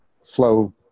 flow